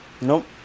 Nope